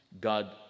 God